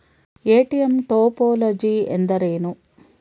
ATM topology ಎಂದರೇನು?